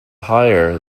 higher